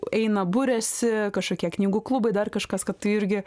eina buriasi kažkokie knygų klubai dar kažkas kad tai irgi